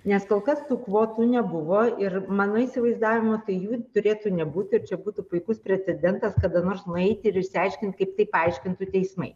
nes kol kas tų kvotų nebuvo ir mano įsivaizdavimu tai jų turėtų nebūti ir čia būtų puikus precedentas kada nors nueiti ir išsiaiškint kaip tai paaiškintų teismai